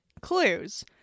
clues